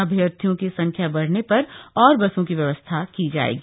अभ्यर्थियों की संख्या बढ़ने पर और बसों की व्यवस्था की जाएगी